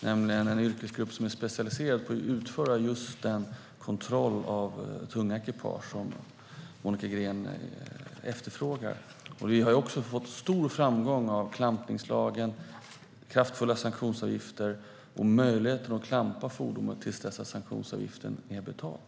Detta är en yrkesgrupp som är specialiserad på att utföra just den kontroll av tunga ekipage som Monica Green efterfrågar. Vi har också nått stor framgång med klampningslagen, kraftfulla sanktionsavgifter och möjligheten att klampa fordon till dess att sanktionsavgiften är betald.